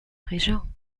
région